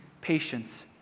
patience